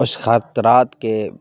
اس خطرات کے